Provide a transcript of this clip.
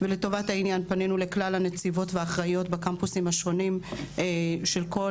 ולטובת העניין פנינו לכלל הנציבות והאחראיות בקמפוסים השונים של כול